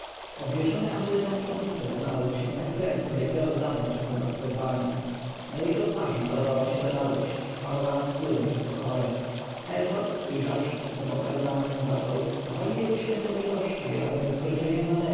eunanę obwieszony amuletami oficer znalazł się tak prędko jakby od dawna czekał na to wezwanie na jego twarzy malowała się radość hamowana z trudem przez pokorę herhor ujrzawszy przed sobą eunanę zaczął z woli jego świątobliwości wraz ze skończeniem